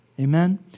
Amen